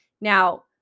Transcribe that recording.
Now